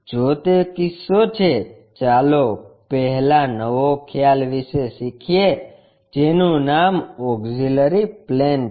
જો તે કિસ્સો છે ચાલો પહેલા નવો ખ્યાલ વિશે શીખીએ જેનું નામ ઓક્ષીલરી પ્લેન છે